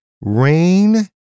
rain